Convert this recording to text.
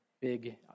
big